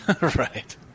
right